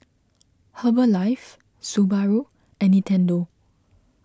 Herbalife Subaru and Nintendo